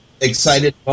excited